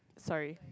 sorry